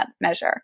measure